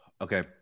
Okay